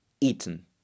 eaten